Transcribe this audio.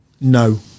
No